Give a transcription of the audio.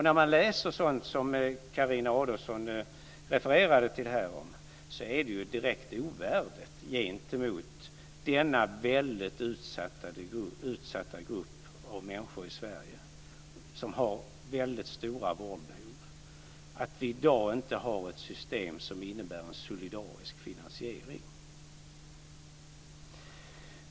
När man läser sådant som Carina Adolfsson refererade till är det direkt ovärdigt gentemot denna väldigt utsatta grupp av människor i Sverige som har väldigt stort vårdbehov att vi i dag inte har ett system som innebär en solidarisk finansiering.